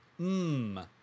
mmm